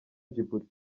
djibouti